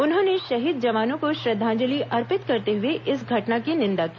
उन्होंने शहीद जवानों को श्रद्वांजलि अर्पित करते हुए इस घटना की निंदा की